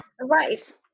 right